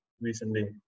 recently